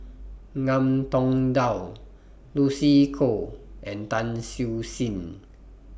Ngiam Tong Dow Lucy Koh and Tan Siew Sin